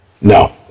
No